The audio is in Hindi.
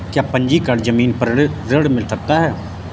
क्या पंजीकरण ज़मीन पर ऋण मिल सकता है?